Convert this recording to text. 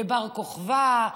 ובר-כוכבא,